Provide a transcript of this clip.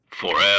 Forever